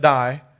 Die